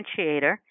differentiator